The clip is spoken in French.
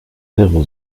zéro